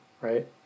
right